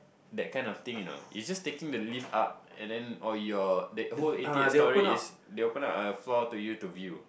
that kind of thing you know it's just taking the lift up and then on your the whole eighty eight stories they open up a floor for you to view